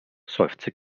seufzt